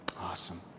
Awesome